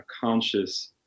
conscious